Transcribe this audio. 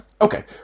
okay